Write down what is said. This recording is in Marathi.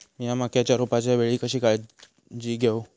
मीया मक्याच्या रोपाच्या वेळी कशी काळजी घेव?